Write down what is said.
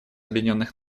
объединенных